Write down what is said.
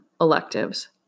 electives